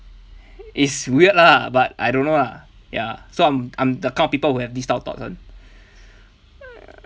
it's weird lah but I don't know lah ya so I'm I'm the kind of people who have this type of thought [one]